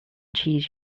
cheese